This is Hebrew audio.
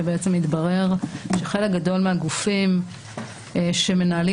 בעצם התברר שחלק גדול מהגופים שמנהלים